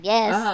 Yes